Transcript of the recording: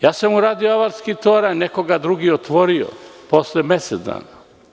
Ja sam uradio Avalski toranj, neko drugi ga je otvorio posle mesec dana.